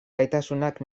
gaitasunak